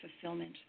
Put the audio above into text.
fulfillment